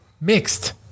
Mixed